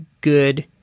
good